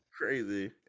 Crazy